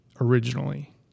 originally